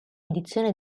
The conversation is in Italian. edizione